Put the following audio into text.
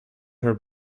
her